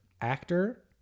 actor